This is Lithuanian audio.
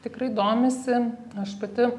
tikrai domisi aš pati